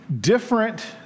different